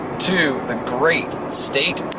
to the great state